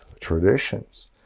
traditions